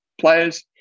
players